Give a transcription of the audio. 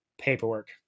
paperwork